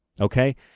okay